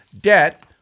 debt